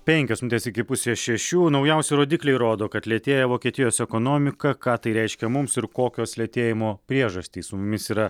penkios minutės iki pusės šešių naujausi rodikliai rodo kad lėtėja vokietijos ekonomika ką tai reiškia mums ir kokios lėtėjimo priežastys su mumis yra